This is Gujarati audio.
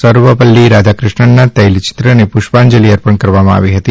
સર્વપલ્લી રાધાકૃષ્ણનના તૈલચિત્રને પુષ્પાંજલિ અર્પણ કરવામાં આવી હતી